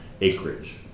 acreage